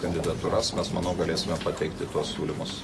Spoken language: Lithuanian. kandidatūras mes manau galėsime pateikti tuos siūlymus